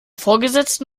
vorgesetzten